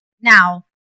Now